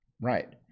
Right